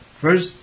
First